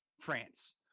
France